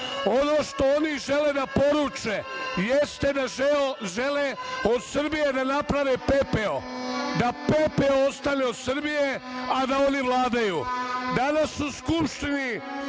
Ono što oni žele da poruče jeste da žele od Srbije da naprave pepeo, da pepeo ostane od Srbije, a da oni vladaju. Danas u Skupštini